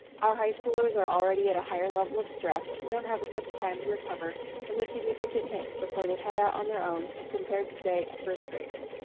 our high schoolers are already at a higher level of stress and don't have as much time to recover from this significant hit before they head out on their own as compared to say, a first grader.